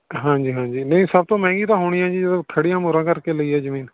ਹਾਂਜੀ ਹਾਂਜੀ ਨਹੀਂ ਸਭ ਤੋਂ ਮਹਿੰਗੀ ਤਾਂ ਹੋਣੀ ਹੈ ਜੀ ਜੋ ਖੜ੍ਹੀਆਂ ਮੋਹਰਾਂ ਕਰਕੇ ਲਈ ਹੈ ਜ਼ਮੀਨ